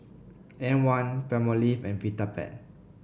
M one Palmolive and Vitapet